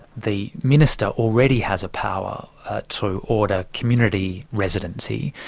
the minister already has a power to order community residency,